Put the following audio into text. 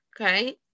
Okay